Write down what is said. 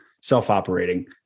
self-operating